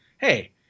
hey